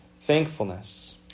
thankfulness